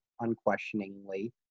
Unquestioningly